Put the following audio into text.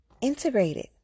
integrated